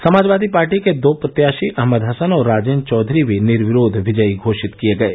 Samajwadi party के दो प्रत्याशी अहमद हसन और राजेन्द्र चौधरी भी निर्विरोध विजयी घोषित किये गये